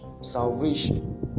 salvation